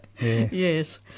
Yes